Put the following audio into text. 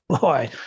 boy